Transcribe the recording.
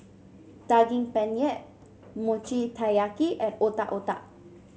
Daging Penyet Mochi Taiyaki and Otak Otak